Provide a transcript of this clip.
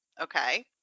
Okay